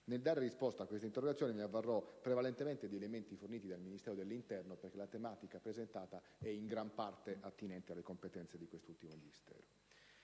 Nel dare risposta a questa interrogazione mi avvarrò prevalentemente di elementi forniti dal Ministero dell'interno, perché la tematica presentata è in gran parte attinente alle competenze di quest'ultimo Ministero.